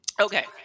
Okay